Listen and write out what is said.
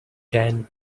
tan